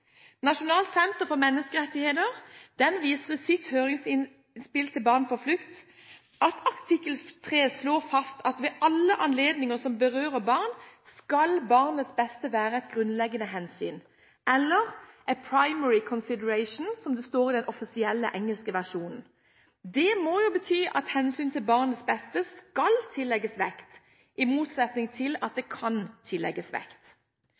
senter for menneskerettigheter viser i sitt høringsinnspill til Barn på flukt til at artikkel 3 slår fast at ved alle anledninger som berører barn, skal barnets beste være et grunnleggende hensyn eller «a primary consideration», som det står i den offisielle engelske versjonen. Det må jo bety at hensynet til barns beste skal tillegges vekt, i motsetning til at det kan tillegges vekt.